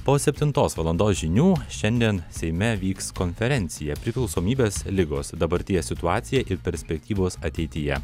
po septintos valandos žinių šiandien seime vyks konferencija priklausomybės ligos dabarties situacija ir perspektyvos ateityje